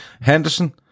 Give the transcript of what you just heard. Henderson